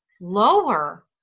lower